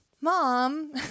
Mom